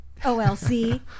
OLC